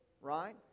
right